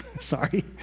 Sorry